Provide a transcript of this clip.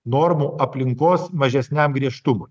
normų aplinkos mažesniam griežtumui